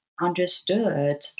understood